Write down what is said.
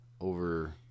over